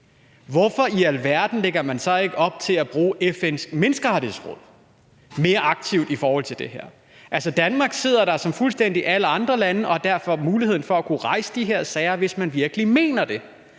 hvorfor i alverden lægger man så ikke op til at bruge FN's Menneskerettighedsråd mere aktivt i forhold til det her? Altså, Danmark sidder der fuldstændig som alle andre lande og har derfor muligheden for at kunne rejse de her sager, hvis man virkelig mener det.